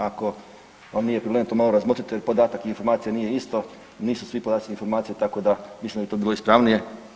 Ako vam nije problem to malo razmotrite, podatak i informacija nije isto, nisu svi podaci informacije tako da mislim da bi to bilo ispravnije.